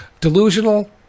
delusional